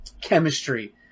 chemistry